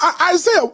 Isaiah